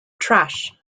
trash